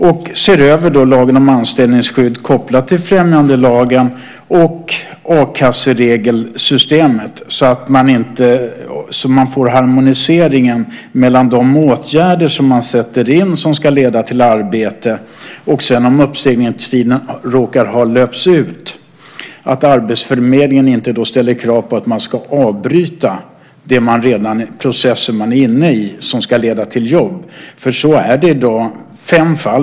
Man behöver se över lagen om anställningsskydd kopplat till främjandelagen och även a-kasseregelsystemet så att man får en harmonisering mellan de åtgärder man sätter in som ska leda till arbete. Det är också bra om arbetsförmedlingen, om uppsägningstiden råkar ha löpt ut, inte ställer krav på att man ska avbryta den process man redan är inne i som ska leda till jobb. Så är det nämligen i dag.